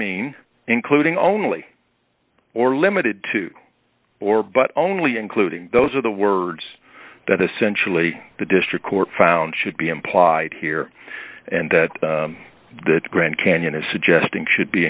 mean including only or limited to or but only including those of the words that essentially the district court found should be implied here and the grand canyon is suggesting should be